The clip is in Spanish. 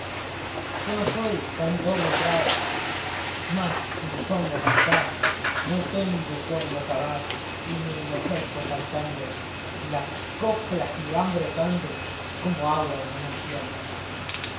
yo no soy cantor letrao mas si me pongo a cantar no tengo cuándo acabar y me envejezco cantando las coplas me van brotando como agua de manantial